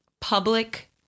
public